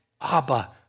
Abba